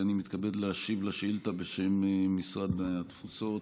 אני מתכבד להשיב על שאילתה בשם משרד התפוצות